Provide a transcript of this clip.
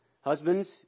Husbands